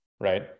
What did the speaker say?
right